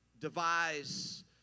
devise